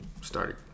Started